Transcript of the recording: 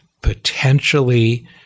potentially